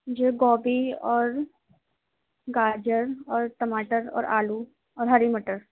جی گوبھی اور گاجر اور ٹماٹر اور آلو اور ہری مٹر